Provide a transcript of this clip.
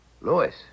Lewis